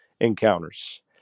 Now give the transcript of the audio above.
encounters